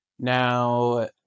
Now